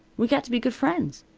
we got to be good friends.